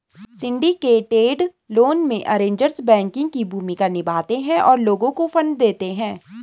syndicated loan में, arrangers banking की भूमिका निभाते हैं और लोगों को फंड देते हैं